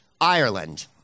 Ireland